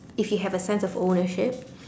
if you have a sense of ownership